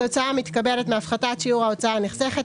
התוצאה המתקבלת מהפחתת שיעור ההוצאה הנחסכת,